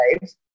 lives